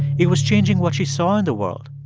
it was changing what she saw in the world,